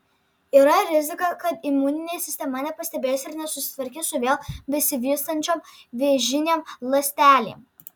yra rizika kad imuninė sistema nepastebės ir nesusitvarkys su vėl besivystančiom vėžinėm ląstelėm